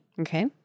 Okay